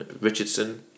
Richardson